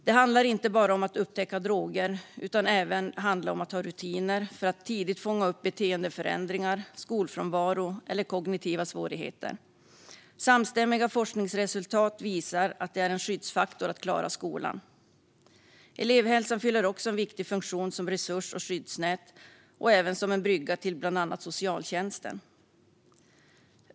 Det handlar inte bara om att upptäcka droger, utan det kan även handla om att ha rutiner för att tidigt fånga upp beteendeförändringar, skolfrånvaro eller kognitiva svårigheter. Samstämmiga forskningsresultat visar att det är en skyddsfaktor att klara skolan. Elevhälsan fyller också en viktig funktion som resurs och skyddsnät och även som en brygga till bland annat socialtjänsten.